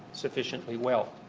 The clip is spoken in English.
sufficiently well.